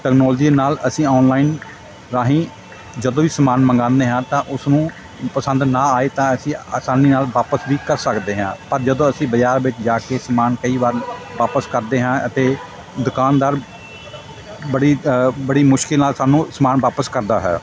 technology ਨਾਲ ਅਸੀਂ online ਰਾਹੀਂ ਜਦੋਂ ਵੀ ਸਮਾਨ ਮੰਗਵਾਉਂਦੇ ਹਾਂ ਤਾਂ ਉਸ ਨੂੰ ਪਸੰਦ ਨਾ ਆਏ ਤਾਂ ਅਸੀਂ ਅਸਾਨੀ ਨਾਲ ਵਾਪਿਸ ਵੀ ਕਰ ਸਕਦੇ ਹਾਂ ਪਰ ਜਦੋਂ ਅਸੀਂ ਬਜ਼ਾਰ ਵਿੱਚ ਜਾ ਕੇ ਸਮਾਨ ਕਈ ਵਾਰ ਵਾਪਿਸ ਕਰਦੇ ਹਾਂ ਅਤੇ ਦੁਕਾਨਦਾਰ ਬੜ੍ਹੀ ਬੜੀ ਮੁਸ਼ਕਿਲ ਨਾਲ ਸਾਨੂੰ ਸਮਾਨ ਵਾਪਿਸ ਕਰਦਾ ਹੈ